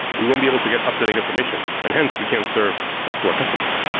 we won't be able to get up that information. and hence, we can't serve stuff to our customers.